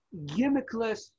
gimmickless